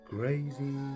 Crazy